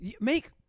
Make